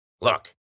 Look